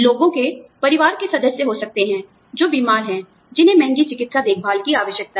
लोगों के परिवार के सदस्य हो सकते हैं जो बीमार हैं जिन्हें महंगी चिकित्सा देखभाल की आवश्यकता है